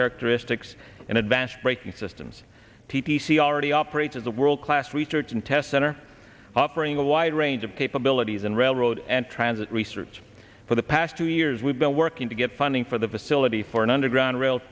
characteristics and advanced braking systems t t c already operates as a world class research and test center offering a wide range of capabilities and railroad and transit research for the past two years we've been working to get funding for the facility for an underground r